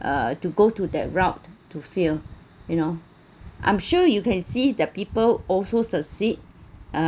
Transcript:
uh to go to that route to fill you know I'm sure you can see the people also succeed uh